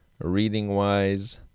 reading-wise